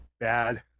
bad